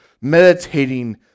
meditating